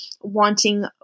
wanting